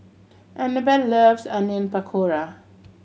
Annabel loves Onion Pakora